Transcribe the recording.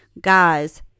guys